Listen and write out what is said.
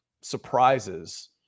surprises